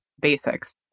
basics